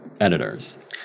Editors